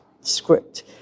script